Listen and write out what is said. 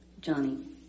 Johnny